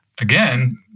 again